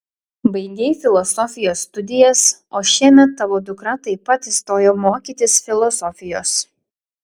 baigei filosofijos studijas o šiemet tavo dukra taip pat įstojo mokytis filosofijos